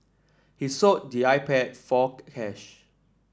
he sold the iPad for cash